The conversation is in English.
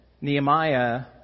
Nehemiah